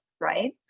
right